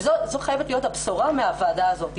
וזו חייבת להיות הבשורה מהוועדה הזאת.